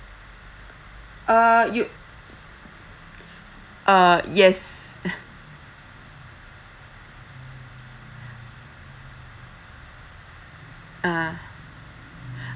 uh you uh yes ah